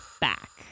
back